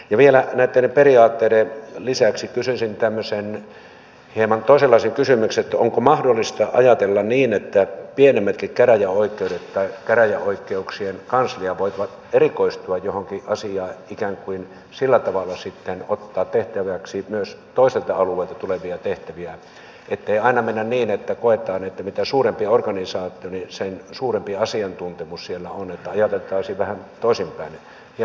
vielä näitten periaatteiden lisäksi kysyisin tämmöisen hieman toisenlaisen kysymyksen onko mahdollista ajatella niin että pienemmätkin käräjäoikeudet tai käräjäoikeuksien kansliat voisivat erikoistua johonkin asiaan ikään kuin sillä tavalla sitten ottaa tehtäväksi myös toiselta alueelta tulevia tehtäviä ettei aina mennä niin että koetaan että mitä suurempi organisaatio niin sen suurempi asiantuntemus siellä on että ajateltaisiin vähän toisinpäin hieman näitä periaatteita